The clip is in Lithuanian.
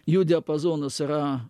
jų diapazonas yra